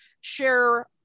share